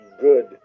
good